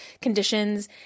conditions